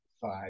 five